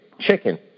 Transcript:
Chicken